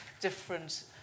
different